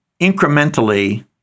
incrementally